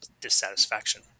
dissatisfaction